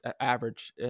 average